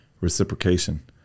Reciprocation